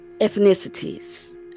ethnicities